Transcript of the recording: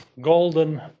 golden